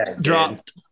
dropped